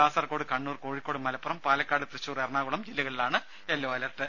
കാസർകോട് കണ്ണൂർ കോഴിക്കോട് മലപ്പുറം പാലക്കാട് തൃശൂർ എറണാകുളം ജില്ലകളിലാണ് yellow alert